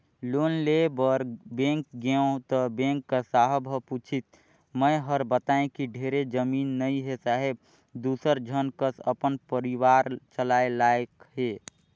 loan लेय बर bank गेंव त बेंक कर साहब ह पूछिस मै हर बतायें कि ढेरे जमीन नइ हे साहेब दूसर झन कस अपन परिवार चलाय लाइक हे